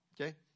okay